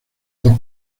dos